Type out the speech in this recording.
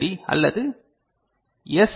D அல்லது S